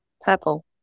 Purple